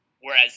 Whereas